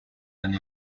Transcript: and